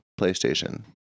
PlayStation